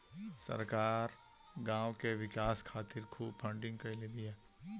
सरकार गांव के विकास खातिर खूब फंडिंग कईले बिया